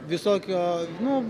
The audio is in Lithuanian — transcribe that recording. visokio nu